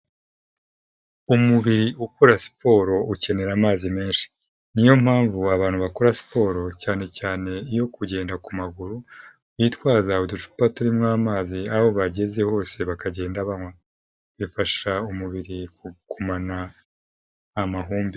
Umubiri ukora siporo ukenera amazi menshi. Niyo mpamvu abantu bakora siporo cyane cyane yo kugenda ku maguru, bitwaza uducupa turimo amazi aho bageze hose bakagenda banywa. Bifasha umubiri kugumana amahumbezi.